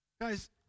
guys